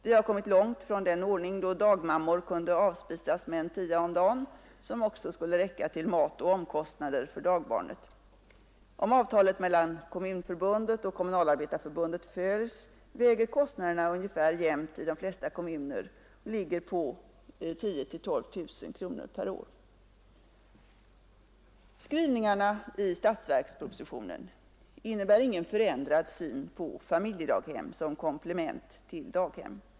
Vi har kommit långt ifrån den ordningen att en dagmamma kunde avspisas med en tia om dagen, som också skulle räcka till mat och omkostnader för dagbarnet. Om avtalet mellan Kommunförbundet och Kommunalarbetareförbundet följs, väger kostnaderna ungefär jämnt i de flesta kommuner och ligger på 10 000-12 000 kronor per år. Skrivningarna i statsverkspropositionen innebär ingen förändrad syn på familjedaghem som komplement till daghem.